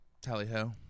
Tally-ho